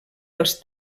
als